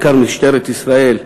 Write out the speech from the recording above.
ובעיקר משטרת ישראל,